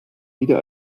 wieder